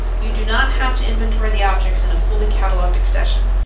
you do not have to inventory the objects in a fully cataloged accession.